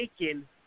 taken